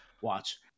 watch